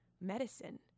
medicine